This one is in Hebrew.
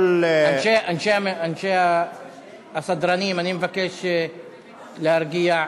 אנשי הסדרנים, אני מבקש להרגיע.